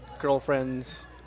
girlfriends